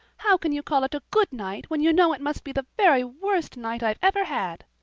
how can you call it a good night when you know it must be the very worst night i've ever had?